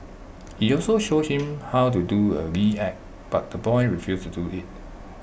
he also showed him how to do A lewd act but the boy refused to do IT